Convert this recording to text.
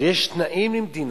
אבל יש תנאים למדינה.